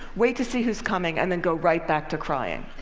wait to see who's coming and then go right back to crying.